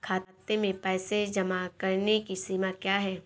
खाते में पैसे जमा करने की सीमा क्या है?